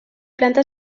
planta